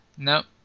Nope